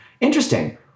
interesting